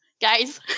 guys